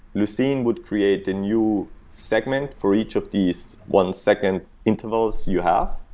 lucene would create a new segment for each of these one second intervals you have,